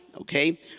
okay